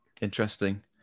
interesting